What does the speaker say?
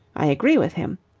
i agree with him.